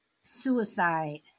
suicide